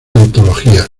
antologías